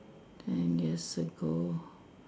ten years ago